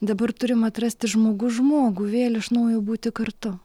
dabar turim atrasti žmogus žmogų vėl iš naujo būti kartu